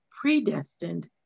predestined